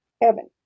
heaven